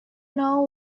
know